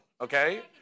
okay